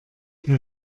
der